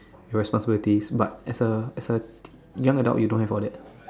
your responsibilities but as a as a young adult you don't have all that